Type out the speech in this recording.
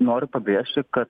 noriu pabrėžti kad